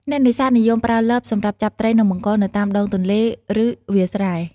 អ្នកនេសាទនិយមប្រើលបសម្រាប់ចាប់ត្រីនិងបង្កងនៅតាមដងទន្លេឬវាលស្រែ។